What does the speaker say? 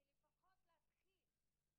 ואין שום סיבה שיהיה כך.